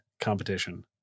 competition